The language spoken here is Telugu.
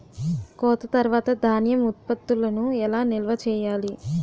కోత తర్వాత ధాన్యం ఉత్పత్తులను ఎలా నిల్వ చేయాలి?